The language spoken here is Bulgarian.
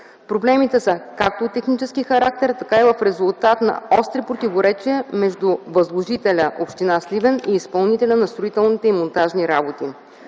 Проблемите са както от технически характер, така и в резултат на остри противоречия между възложителя – община Сливен, и изпълнителят на строителните и монтажни работи.